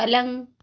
पलंग